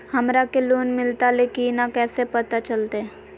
हमरा के लोन मिलता ले की न कैसे पता चलते?